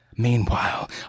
Meanwhile